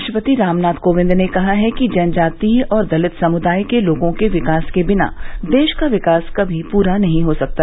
राष्ट्रपति रामनाथ कोविंद ने कहा है कि जनजातीय और दलित समुदाय के लोगों के विकास के बिना देश का विकास कभी पूरा नहीं हो सकता